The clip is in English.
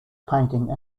painting